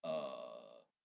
uh